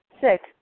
Six